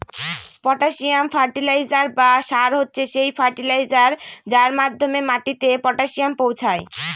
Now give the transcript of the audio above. potassium fertiliser বা সার হচ্ছে সেই ফার্টিলাইজার যার মাধ্যমে মাটিতে পটাসিয়াম পৌঁছায়